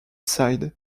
side